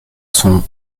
sont